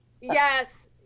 Yes